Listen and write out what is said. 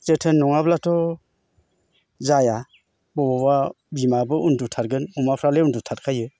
जोथोन नङाब्लाथ' जाया बबावबा बिमाबो उन्दुथारगोन अमाफ्रालाय उन्दुथारखायो